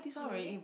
really